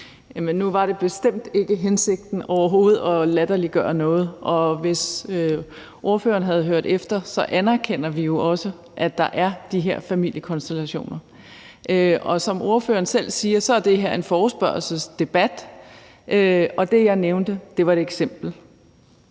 nu var det bestemt ikke hensigten, overhovedet ikke, at latterliggøre noget, og hvis ordføreren havde hørt efter, så anerkender vi jo også, at der er de her familiekonstellationer. Og som ordføreren selv siger, er det her en forespørgselsdebat, og det, jeg nævnte, var et eksempel.